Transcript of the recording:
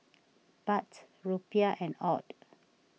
Baht Rupiah and Aud